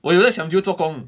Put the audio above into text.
我有在 siam diu 做工